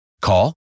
Call